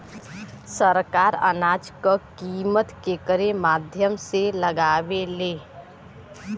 सरकार अनाज क कीमत केकरे माध्यम से लगावे ले?